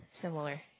Similar